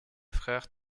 frère